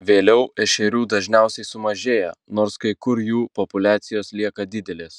vėliau ešerių dažniausiai sumažėja nors kai kur jų populiacijos lieka didelės